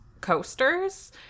coasters